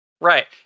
Right